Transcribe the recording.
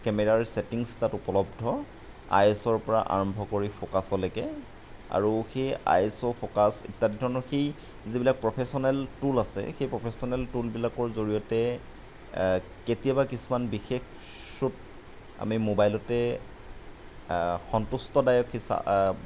কেমেৰাৰ ছেটিংছ তাত উপলব্ধ আই এছ অ'ৰ পৰা আৰম্ভ কৰি ফ'কাছলৈকে আৰু সেই আই এছ অ' ফ'কাছ ইত্যাদি ধৰণৰ সেই যিবিলাক প্ৰফেচনেল টোল আছে সেই প্ৰফেচনেল টোলবিলাকৰ জৰিয়তে কেতিয়াবা কিছুমান বিশেষ শ্বুট আমি মোবাইলতে সন্তুষ্টদায়ক